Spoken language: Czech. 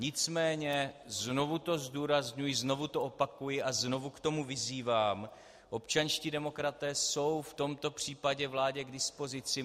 Nicméně znovu to zdůrazňuji a znovu to opakuji a znovu k tomu vyzývám občanští demokraté jsou v tomto případě vládě k dispozici.